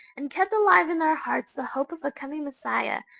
and kept alive in their hearts the hope of a coming messiah,